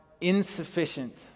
insufficient